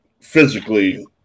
physically